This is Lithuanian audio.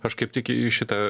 aš kaip tik į šitą